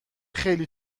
خیلی